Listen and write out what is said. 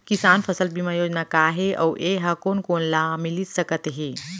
किसान फसल बीमा योजना का हे अऊ ए हा कोन कोन ला मिलिस सकत हे?